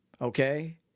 okay